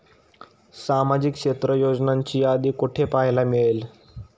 सामाजिक क्षेत्र योजनांची यादी कुठे पाहायला मिळेल?